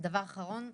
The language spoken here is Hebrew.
דבר אחרון,